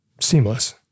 seamless